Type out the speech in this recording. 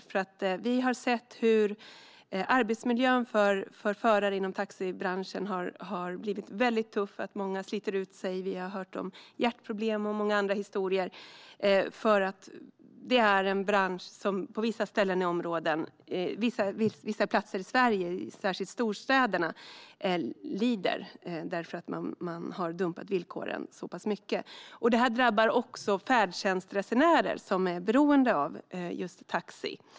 Vi har nämligen sett att arbetsmiljön för förare inom taxibranschen har blivit väldigt tuff. Många sliter ut sig, och vi har hört om hjärtproblem och många andra historier. Det är nämligen en bransch som på vissa platser i Sverige, särskilt storstäderna, lider eftersom villkoren har dumpats så pass mycket. Detta drabbar även färdtjänstresenärer, som är beroende av just taxi.